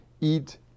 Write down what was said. eat